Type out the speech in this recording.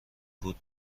بود